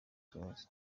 kibazo